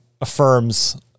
affirms